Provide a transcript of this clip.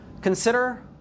consider